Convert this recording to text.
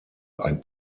ein